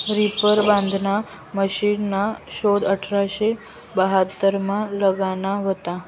reaper बांधाना मशिनना शोध अठराशे बहात्तरमा लागना व्हता